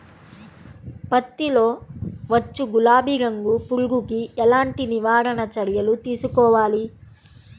పత్తిలో వచ్చు గులాబీ రంగు పురుగుకి ఎలాంటి నివారణ చర్యలు తీసుకోవాలి?